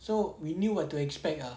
so we knew what to expect ah